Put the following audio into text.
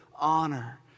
honor